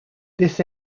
this